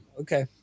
Okay